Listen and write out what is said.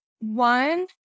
One